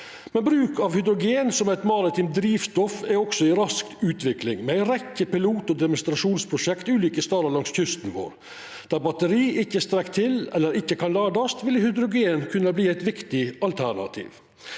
Men bruk av hydrogen som eit maritimt drivstoff er også i rask utvikling, med ei rekkje pilot- og demonstrasjonsprosjekt ulike stader langs kysten vår. Der batteri ikkje strekk til eller ikkje kan ladast, vil hydrogen kunna verta eit viktig alternativ.